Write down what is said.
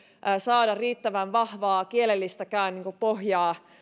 saada riittävän vahvaa kielellistäkään pohjaa